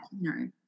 no